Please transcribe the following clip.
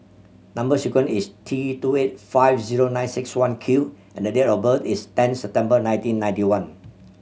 number sequence is T two eight five zero nine six one Q and the date of birth is ten September nineteen ninety one